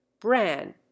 bran